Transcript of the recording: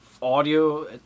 audio